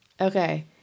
Okay